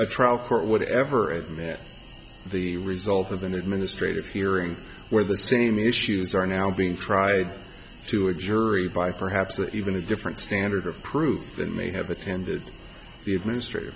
a trial court would ever admit the result of an administrative hearing where the same issues are now being tried to a jury by perhaps even a different standard of proof that may have attended the administrat